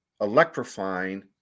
electrifying